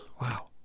Wow